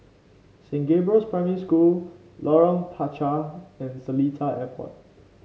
Saint Gabriel's Primary School Lorong Panchar and Seletar Airport